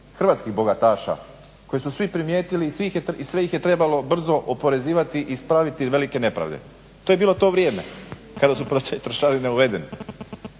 hrvatskih bogataša koje su svi primijetili i sve ih je trebalo brzo oporezivati i ispraviti velike nepravde. To je bilo to vrijeme kada su trošarine uvedene.